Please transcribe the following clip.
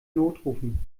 notrufen